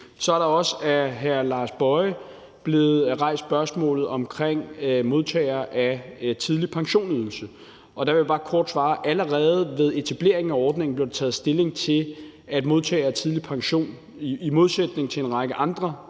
fra hr. Lars Boje Mathiesens side blevet rejst spørgsmålet om modtagere af tidlig pension-ydelse. Der vil jeg bare kort svare, at allerede ved etableringen af ordningen blev der taget stilling til, at modtagere af tidlig pension i modsætning til en række andre